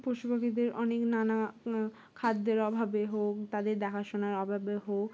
পশুপখিদের অনেক নানা খাদ্যের অভাবে হোক তাদের দেখাশোনার অভাবে হোক